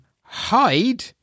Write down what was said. hide